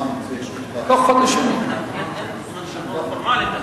זמן פורמלי.